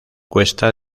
cuesta